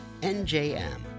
NJM